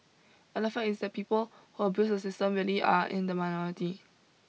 and the fact is that the people who abuse the system really are in the minority